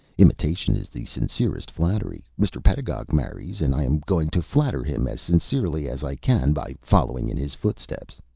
imitation is the sincerest flattery. mr. pedagog marries, and i am going to flatter him as sincerely as i can by following in his footsteps.